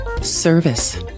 service